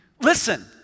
Listen